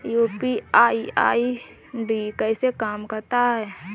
UPI ID कैसे काम करता है?